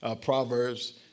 Proverbs